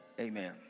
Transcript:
Amen